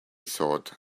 thought